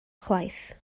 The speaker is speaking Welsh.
chwaith